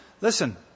Listen